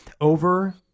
over